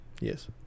Yes